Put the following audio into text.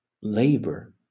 labor